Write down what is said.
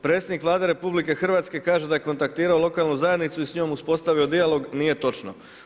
Predsjednik Vlade RH kaže da je kontaktirao lokalnu zajednicu i s njom uspostavio dijalog, nije točno.